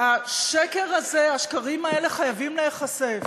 השקר הזה, השקרים האלה, חייבים להיחשף.